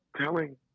telling